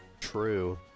True